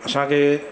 असांखे